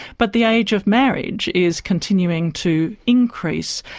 but the age of marriage is continuing to increase.